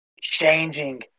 changing